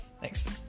thanks